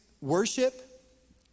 worship